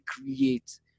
create